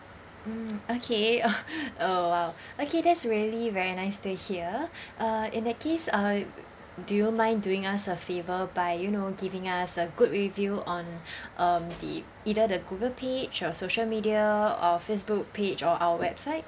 mm okay oh oh !wow! okay that's really very nice to hear uh in that case uh do you mind doing us a favour by you know giving us a good review on um the either the google page or social media or facebook page or our website